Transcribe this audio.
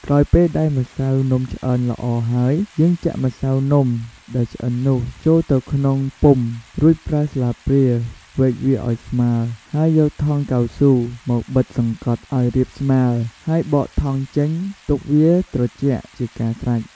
ក្រោយពេលដែលម្សៅនំឆ្អិនល្អហើយយើងចាក់ម្សៅនំដែលឆ្អិននោះចូលទៅក្នុងពុម្ពរួចប្រើស្លាបព្រាវែកវាឲ្យស្មើរហើយយកថង់កៅស៊ូមកបិទសង្កត់ឲ្យរាបស្មើរហើយបកថង់ចេញទុកវាត្រជាក់ជាការស្រេច។